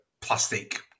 plastic